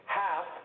half